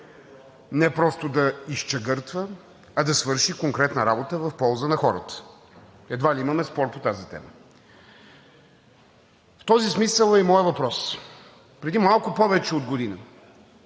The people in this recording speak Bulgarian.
не просто да изчегъртва, а да свърши конкретна работа в полза на хората. Едва ли имаме спор по тази тема. В този смисъл е и моят въпрос. Преди малко повече от година